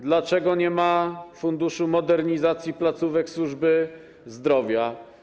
Dlaczego nie ma funduszu modernizacji placówek służby zdrowia?